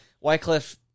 Wycliffe